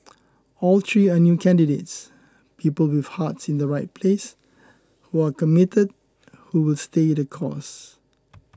all three are new candidates people with hearts in the right place who are committed who will stay the course